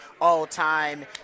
all-time